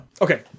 Okay